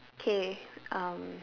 okay um